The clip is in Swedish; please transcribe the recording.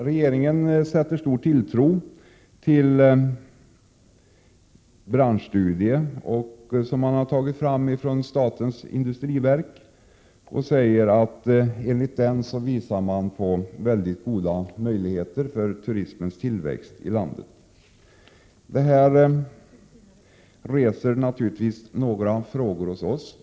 Regeringen sätter stor tilltro till de branschstudier som statens industriverk har tagit fram och säger att de visar på mycket goda möjligheter för turismens tillväxt i landet. Detta reser naturligtvis några frågor hos oss.